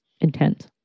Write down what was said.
intent